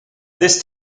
this